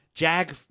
Jag